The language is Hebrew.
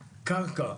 קרקע,